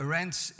Rents